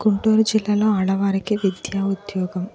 గుంటూరు జిల్లాలో ఆడవారికి విద్యా ఉద్యోగం